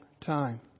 time